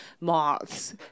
moths